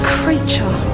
creature